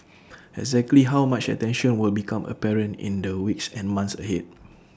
exactly how much attention will become apparent in the weeks and months ahead